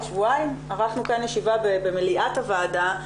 שבועיים ערכנו כאן ישיבה במליאת הוועדה,